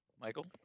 Michael